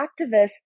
activists